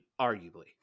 arguably